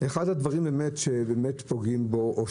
אחד הדברים שפוגעים בנהג הוא